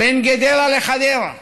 בין גדרה לחדרה.